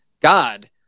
God –